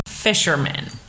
fisherman